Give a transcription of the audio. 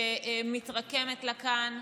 שמתרקמת לה כאן,